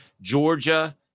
Georgia